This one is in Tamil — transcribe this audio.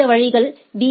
இந்த வழிகள் பி